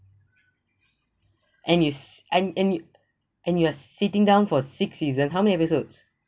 and you s~ and and you and you are sitting down for six season how many episodes